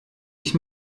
ich